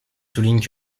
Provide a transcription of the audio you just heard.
soulignent